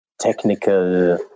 technical